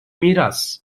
miras